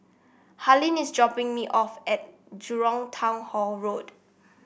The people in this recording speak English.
Harlene is dropping me off at Jurong Town Hall Road